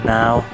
now